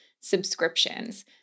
Subscriptions